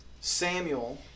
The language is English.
Samuel